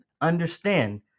understand